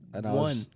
one